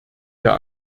der